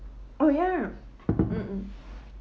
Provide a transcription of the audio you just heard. oh ya mm mm